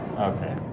Okay